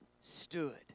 stood